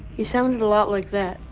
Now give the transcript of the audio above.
he sounded a lot like that.